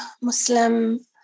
Muslim